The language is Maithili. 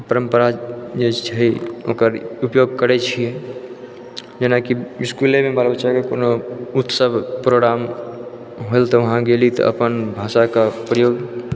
परम्परा जे छै ओकर उपयोग करै छिए जेनाकि स्कूलेमे बाल बच्चाके कोनो उत्सव प्रोग्राम होइल तऽ वहाँ गेली तऽ अपन भाषाके प्रयोग